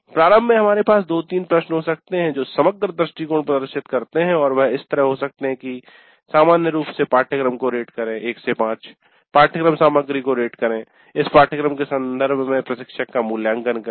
प्रारंभ में हमारे पास 2 3 प्रश्न हो सकते हैं जो समग्र दृष्टिकोण प्रदर्शित करते हैं और वह इस तरह हो सकते हैं कि सामान्य रूप से पाठ्यक्रम को रेट करें 1 से 5 पाठ्यक्रम सामग्री को रेट करें इस पाठ्यक्रम के संदर्भ में प्रशिक्षक का मूल्यांकन करें